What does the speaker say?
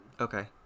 Okay